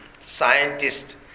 scientists